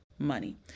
money